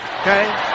okay